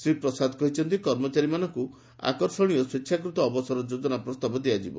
ଶ୍ରୀ ପ୍ରସାଦ କହିଛନ୍ତି କର୍ମଚାରୀମାନଙ୍କୁ ଆକର୍ଷଣୀୟ ସ୍ୱେଚ୍ଛାକୃତ ଅବସର ଯୋଜନା ପ୍ରସ୍ତାବ ଦିଆଯିବ